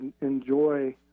enjoy